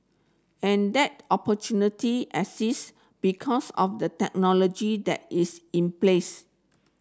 and that opportunity exists because of the technology that is in place